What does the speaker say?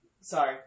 Sorry